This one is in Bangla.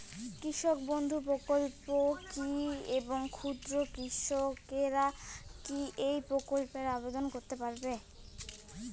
কৃষক বন্ধু প্রকল্প কী এবং ক্ষুদ্র কৃষকেরা কী এই প্রকল্পে আবেদন করতে পারবে?